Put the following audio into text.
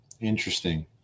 Interesting